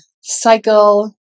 cycle